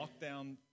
lockdown